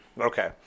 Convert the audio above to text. Okay